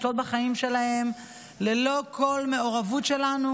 לשלוט בחיים שלהם ללא כל מעורבות שלנו,